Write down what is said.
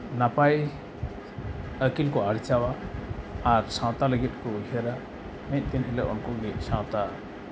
ᱱᱟᱯᱟᱭ ᱟᱹᱠᱤᱞ ᱠᱚ ᱟᱨᱡᱟᱣᱟ ᱟᱨ ᱥᱟᱶᱛᱟ ᱞᱟᱹᱜᱤᱫ ᱠᱚ ᱩᱭᱦᱟᱹᱨᱟ ᱢᱤᱫ ᱫᱤᱱ ᱦᱤᱞᱳᱜ ᱩᱱᱠᱩ ᱜᱮ ᱥᱟᱶᱛᱟ